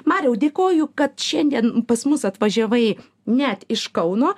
mariau dėkoju kad šiandien pas mus atvažiavai net iš kauno